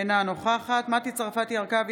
אינה נוכחת מטי צרפתי הרכבי,